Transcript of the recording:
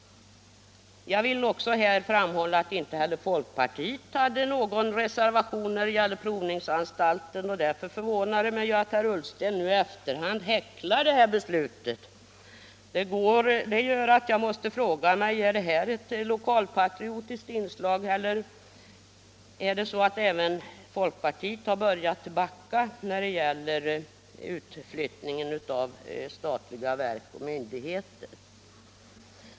Jag vill också framhålla att inte heller folkpartiet hade någon reservation 1971 i fråga om provningsanstaltens utflyttning, och därför förvånar det mig att herr Ullsten nu i efterhand häcklar beslutet. Det gör att jag måste fråga om detta är ett lokalpatriotiskt inslag. Eller är det så att även folkpartiet börjat backa när det gäller utflyttning av statliga verk och myndigheter?